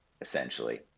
essentially